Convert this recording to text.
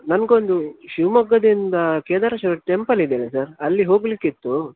ನನಗೊಂದು ಶಿವಮೊಗ್ಗದಿಂದ ಕೇದಾರೇಶ್ವರ ಟೆಂಪಲ್ ಇದೆ ಅಲ್ವಾ ಸರ್ ಅಲ್ಲಿ ಹೋಗಲಿಕ್ಕಿತ್ತು